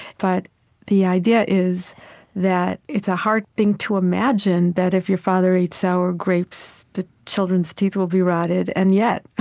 but the idea is that it's a hard thing to imagine that if your father ate sour grapes, the children's teeth will be rotted, and yet,